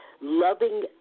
loving